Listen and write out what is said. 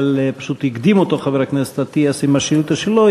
אבל חבר הכנסת אטיאס הקדים אותו עם השאילתה שלו,